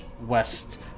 West